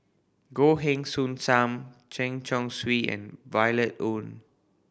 Goh Heng Soon Sam Chen Chong Swee and Violet Oon